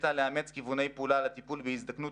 שהחליטה לאמץ כיווני פעולה לטיפול בהזדקנות